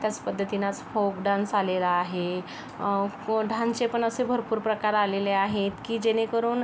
त्याच पद्धतीनं आज फोक डान्स आलेला आहे पो ढान्सचे पण असे भरपूर प्रकार आलेले आहेत की जेणेकरून